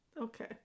Okay